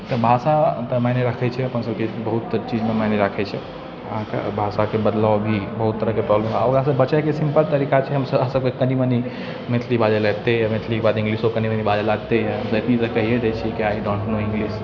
तऽ भाषा तऽ माइने रखै छै अपन सबके बहुत चीजमे माइने राखै छै अहाँके भाषाके बदलाव भी बहुत तरहके पहलू आओर ओकरासँ बचैके सिम्पल तरीका छै हमसबके कनी मनी मैथिली बाजैलए अबिते अइ मैथिलीके बाद इंग्लिशो कनी मनी बाजऽ बाजैलए अबिते अइ एतबे तऽ कहिए दै छिए की आइ डोन्ट नो इंग्लिश